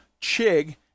Chig